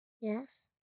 Yes